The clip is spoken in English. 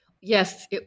Yes